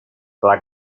clar